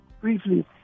briefly